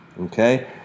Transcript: Okay